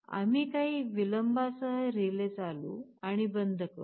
आम्ही काही विलंबा सह रिले चालू आणि बंद करू